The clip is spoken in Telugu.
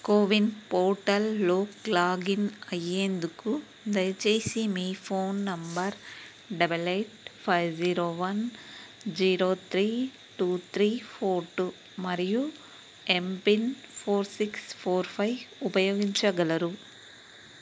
కోవిన్ పోర్టల్లోకి లాగిన్ అయ్యేందుకు దయచేసి మీ phone number double eight five zero one zero three two three four two మరియు MPIN four six four five ఉపయోగించగలరు